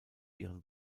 ihren